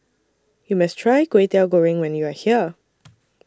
YOU must Try Kwetiau Goreng when YOU Are here